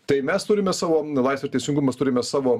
tai mes turime savo laisvė ir teisingumas turime savo